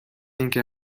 اینکه